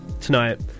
tonight